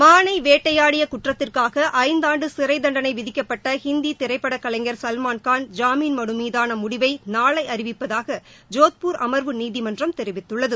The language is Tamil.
மாளை வேட்டையாடிய குற்றத்திற்காக ஐந்தாண்டு சிறை தண்டனை விதிக்கப்பட்ட ஹிந்தி திரைப்பட கலைஞர் சல்மாள் கான் ஜாமீன் மலு மீதான முடிவை நாளை அறிவிப்பதாக ஜோத்பூர் அமா்வு நீதிமன்றம் தெரிவித்துள்ளது